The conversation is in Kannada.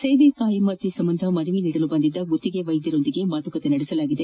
ಸೇವೆ ಕಾಯಂ ಸಂಬಂಧ ಮನವಿ ನೀಡಲು ಬಂದಿದ್ದ ಗುತ್ತಿಗೆ ವೈದ್ಯರೊಂದಿಗೆ ಮಾತುಕತೆ ನಡೆಸಲಾಗಿದೆ